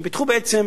הם פיתחו בעצם